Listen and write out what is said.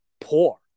poor